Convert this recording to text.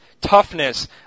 toughness